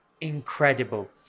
incredible